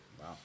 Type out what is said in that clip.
Wow